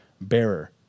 bearer